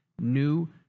new